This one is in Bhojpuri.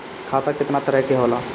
खाता केतना तरह के होला?